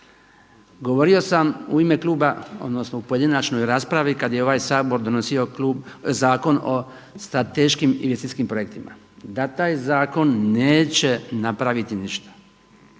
Govorio sam u ime kluba, odnosno u pojedinačnoj raspravi kada je ovaj Sabor donosio Zakon o strateškim investicijskim projektima. Da taj zakon neće napraviti ništa.